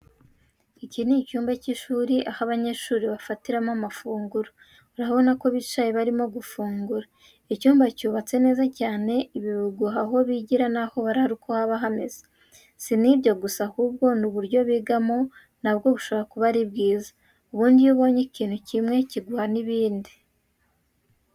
Iki ni icyumba cy'ishuri, aho abanyeshuri bafatiramo amafunguro, urabona ko bicaye barimo gufungura. Icyumba cyubatse neza cyane, ibi biguha aho bigira naho barara uko haba hameze. Si n'ibyo gusa ahubwo n'uburyo bigamo na bwo bushobora kuba ari bwiza. Ubundi iyo ubonye ikintu kimwe kiguha n'ibindi.